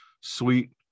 sweet